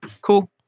cool